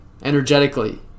energetically